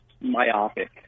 myopic